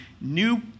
new